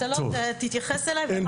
אתה לא תתייחס אליי ואחר כך תבטל אותי.